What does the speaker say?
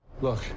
look